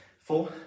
four